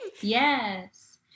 Yes